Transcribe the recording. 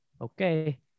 okay